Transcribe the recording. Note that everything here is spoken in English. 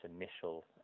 initial